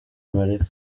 amerika